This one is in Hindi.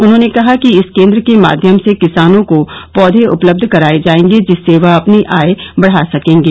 उन्होंने कहा कि इस केन्द्र के माध्यम से किसानों को पौधे उपलब्ध कराये जायेंगे जिससे वह अपनी आय बढ़ा सकेंगे